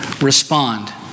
respond